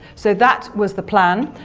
so, that was the plan.